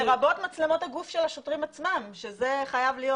לרבות מצלמות הגוף של השוטרים עצמם שזה חייב להיות